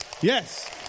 Yes